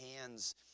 hands